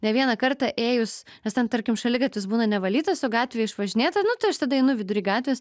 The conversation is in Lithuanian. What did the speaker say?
ne vieną kartą ėjus nes ten tarkim šaligatvis būna nevalytas o gatvė išvažinėta nu tai aš tada einu vidury gatvės